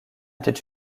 était